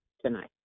tonight